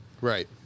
Right